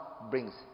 brings